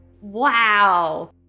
Wow